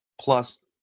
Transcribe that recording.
plus